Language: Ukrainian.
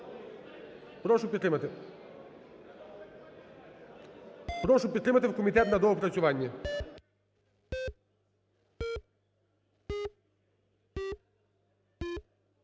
Прошу підтримати. Прошу підтримати в комітет на доопрацювання.